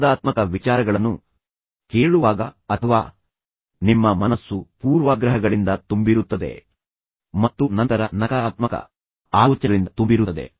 ವಿವಾದಾತ್ಮಕ ವಿಚಾರಗಳನ್ನು ಕೇಳುವಾಗ ಅಥವಾ ನಿಮ್ಮ ಮನಸ್ಸು ಪೂರ್ವಾಗ್ರಹಗಳಿಂದ ತುಂಬಿರುತ್ತದೆ ಮತ್ತು ನಂತರ ನಕಾರಾತ್ಮಕ ಆಲೋಚನೆಗಳಿಂದ ತುಂಬಿರುತ್ತದೆ